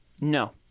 no